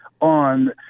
on